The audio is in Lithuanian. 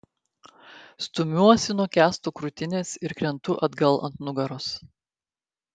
stumiuosi nuo kęsto krūtinės ir krentu atgal ant nugaros